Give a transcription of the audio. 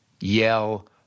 yell